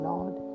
Lord